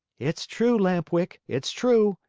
it's true, lamp-wick, it's true.